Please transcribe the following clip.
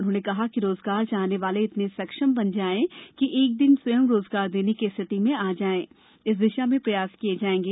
उन्होंने कहा कि रोजगार चाहने वाले इतने सक्षम बन जाएं कि एक दिन स्वयं रोजगार देने की स्थिति में आ जाएं इस दिशा में प्रयास किए जाएंगे